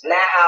Now